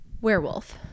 Werewolf